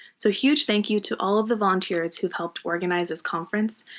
so huge thank you to all of the volunteers who've helped organize this conference,